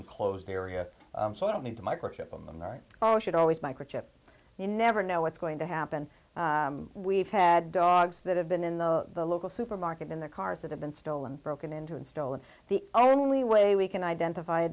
enclosed area so i don't need to microchip them right or should always microchip you never know what's going to happen we've had dogs that have been in the local supermarket in their cars that have been stolen broken into and stolen the only way we can identify a